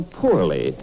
poorly